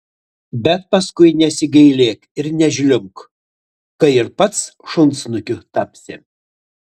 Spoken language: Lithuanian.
bet paskui nesigailėk ir nežliumbk kai ir pats šunsnukiu tapsi